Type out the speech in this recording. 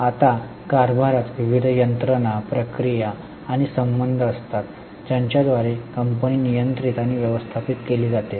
आता कारभारात विविध यंत्रणा प्रक्रिया आणि संबंध असतात ज्यांच्या द्वारे कंपनी नियंत्रित आणि व्यवस्थापित केली जाते